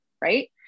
Right